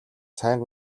сайн